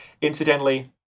Incidentally